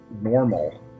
normal